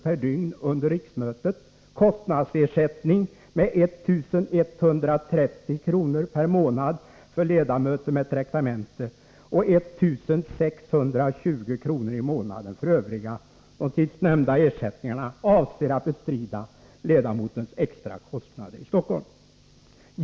per dygn under riksmötet, kostnadsersättning med 1 130 kr. per månad för ledamöter med traktamente och 1 620 kr. i månaden för övriga. De sistnämnda ersättningarna avser att bestrida ledamöternas extra kostnader i Stockholm.